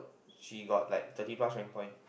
she got like thirty plus rank point